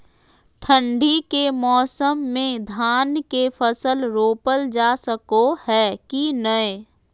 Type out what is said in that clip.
ठंडी के मौसम में धान के फसल रोपल जा सको है कि नय?